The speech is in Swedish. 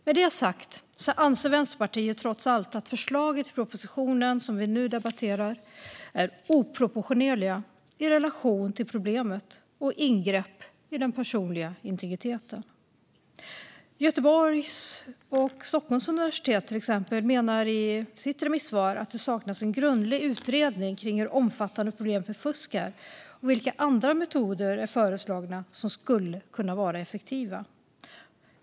Med det sagt anser Vänsterpartiet trots allt att förslagen i den proposition som vi nu debatterar är oproportionerliga i relation till problemet och ett ingrepp i den personliga integriteten. Göteborgs och Stockholms universitet menar i sitt remissvar att det saknas en grundlig utredning kring hur omfattande problemet med fusk är och vilka andra metoder än de föreslagna som skulle kunna vara effektiva.